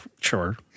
sure